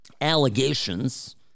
allegations